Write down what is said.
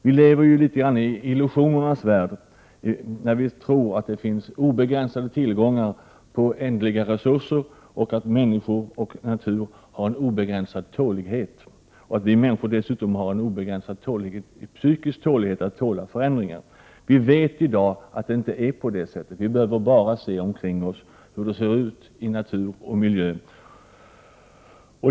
Vi lever i illusionernas värld, när vi tror att det finns obegränsade tillgångar på ändliga resurser och att människor och natur har en obegränsad tålighet — och att vi människor dessutom har en obegränsad psykisk tålighet att stå ut med förändringar. Vi vet i dag att det inte är på det sättet. Vi behöver bara se omkring oss hur det ser ut i natur och miljö.